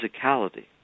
physicality